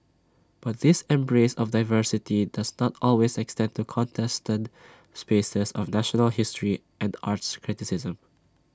but this embrace of diversity does not always extend to contested spaces of national history and arts criticism